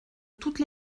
toutes